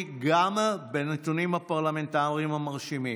גם בנתונים הפרלמנטריים המרשימים: